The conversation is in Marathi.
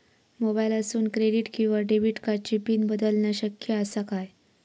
मोबाईलातसून क्रेडिट किवा डेबिट कार्डची पिन बदलना शक्य आसा काय?